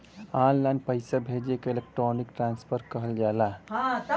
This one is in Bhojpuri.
ऑनलाइन पइसा भेजे के इलेक्ट्रानिक ट्रांसफर कहल जाला